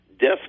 death